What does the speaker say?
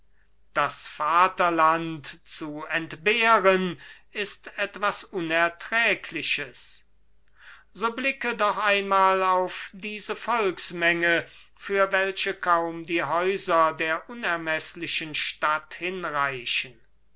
das vaterland zu entbehren ist etwas unerträgliches so blicke doch einmal auf diese volksmenge für welche kaum die häuser der unermeßlichen stadt hinreichen